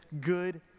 good